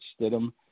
Stidham